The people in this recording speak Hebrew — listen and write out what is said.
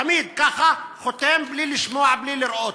תמיד, ככה, חותם בלי לשמוע, בלי לראות.